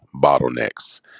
bottlenecks